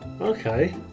Okay